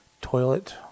Toilet